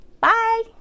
Bye